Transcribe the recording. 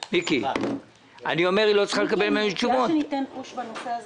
מיקי, אני מציע שניתן פוש בנושא של